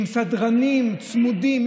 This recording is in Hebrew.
עם סדרנים צמודים.